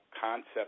concept